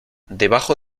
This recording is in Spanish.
debajo